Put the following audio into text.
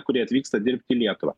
kurie atvyksta dirbt į lietuvą